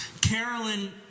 Carolyn